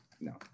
no